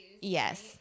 Yes